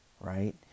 right